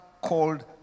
called